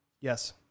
Yes